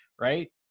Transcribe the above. right